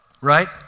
right